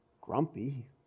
grumpy